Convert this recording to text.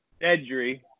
Edry